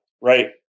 right